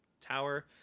tower